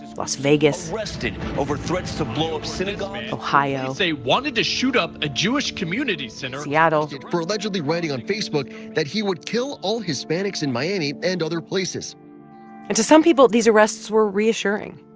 las vegas. arrested over threats to synagogues. ohio. they wanted to shoot up a jewish community center. seattle. for allegedly writing on facebook that he would kill all hispanics in miami and other places and to some people, these arrests were reassuring,